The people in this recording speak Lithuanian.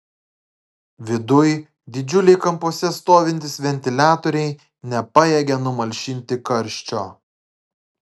viduj didžiuliai kampuose stovintys ventiliatoriai nepajėgė numalšinti karščio